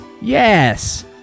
yes